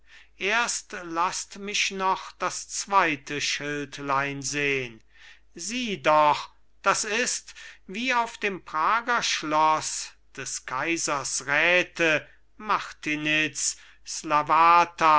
erst laßt mich noch das zweite schildlein sehn sieh doch das ist wie auf dem prager schloß des kaisers räte